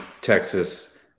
Texas